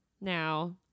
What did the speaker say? now